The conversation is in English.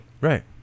Right